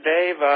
Dave